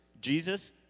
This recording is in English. Jesus